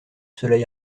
cela